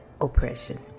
oppression